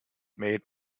made